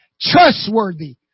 trustworthy